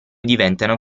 diventano